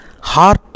Heart